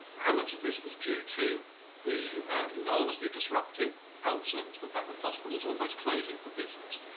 how much of this was due to the enormously disruptive health service, the fact of hospitals almost closing for business.